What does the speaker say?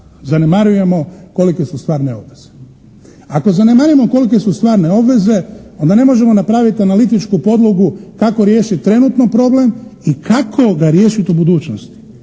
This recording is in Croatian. zanemarujemo kolike su stvarne obveze. Ako zanemarimo kolike su stvarne obveze, onda ne možemo napraviti analitičku podlogu kako riješiti trenutno problem i kako ga riješiti u budućnosti.